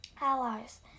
Allies